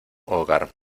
hogar